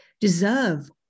deserve